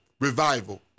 revival